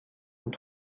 und